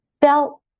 felt